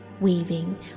weaving